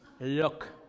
look